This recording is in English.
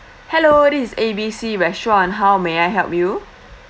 hello this is A B C restaurant how may I help you